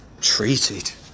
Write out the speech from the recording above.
treated